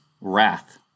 wrath